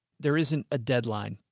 there isn't a deadline.